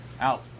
out